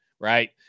Right